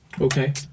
Okay